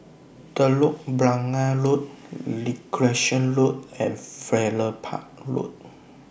Telok Blangah Road Recreation Road and Farrer Park Road